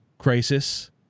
crisis